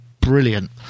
brilliant